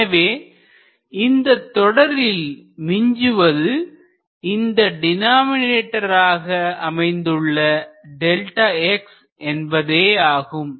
எனவே இந்த தொடரில் மிஞ்சுவது இந்த டினாமினேட்டராக அமைந்துள்ள Δx என்பதேயாகும்